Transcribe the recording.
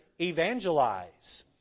evangelize